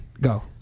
Go